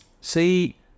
See